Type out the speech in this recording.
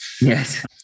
Yes